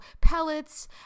pellets